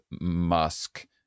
musk